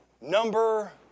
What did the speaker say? number